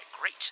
great